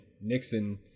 Nixon